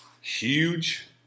huge